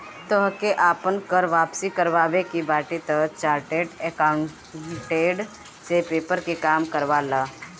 तोहके आपन कर वापसी करवावे के बाटे तअ चार्टेड अकाउंटेंट से पेपर के काम करवा लअ